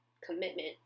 commitment